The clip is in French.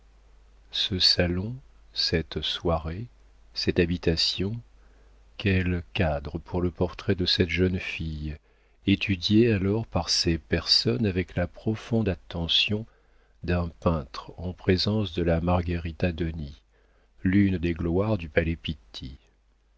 ce salon cette soirée cette habitation quel cadre pour le portrait de cette jeune fille étudiée alors par ces personnes avec la profonde attention d'un peintre en présence de la margherita doni l'une des gloires du palais